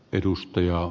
edustaja